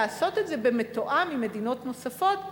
לעשות את זה במתואם עם מדינות נוספות.